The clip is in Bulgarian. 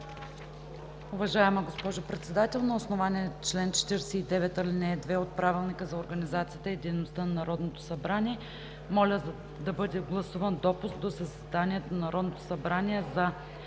Уважаема госпожо Председател, на основание чл. 49, ал. 2 от Правилника за организацията и дейността на Народното събрание моля да бъде гласуван допуск до заседанието на Народното събрание за